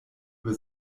über